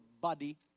body